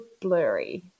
blurry